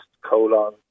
colon